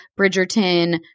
Bridgerton